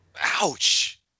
Ouch